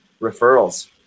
referrals